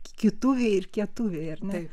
kituviai ir kietuviai ar ne